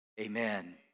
Amen